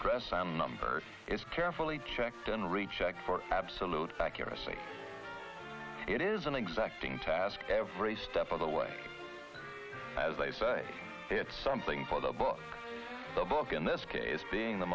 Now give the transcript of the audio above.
address and number is carefully checked and rechecked for absolute accuracy it is an exacting task every step of the way as they say it's something for the book the book in this case being the